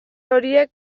horiek